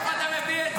מאיפה אתה מביא את זה?